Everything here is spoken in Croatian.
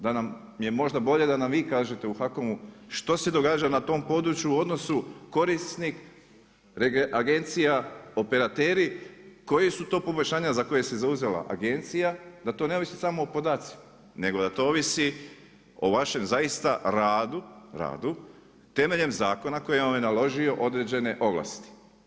Da nam je možda bolje da nam vi kažete u HAKOM-u što se događa na tom području u odnosu korisnik agencija, operateri, koji su to poboljšanja, za koje se zauzela agencija, da to ne ovisi samo o podacima, nego da to ovisi o vašem zaista radu, temeljem zakona koje vam je naložio određene ovlasti.